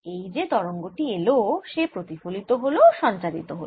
এই যে তরঙ্গ টি এল সে প্রতিফলিত হল সঞ্চারিত হল